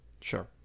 Sure